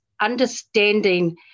understanding